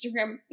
Instagram